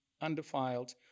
undefiled